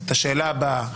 את השאלה הבאה: